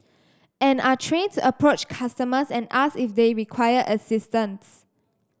and are trained to approach customers and ask if they require assistance